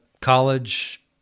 college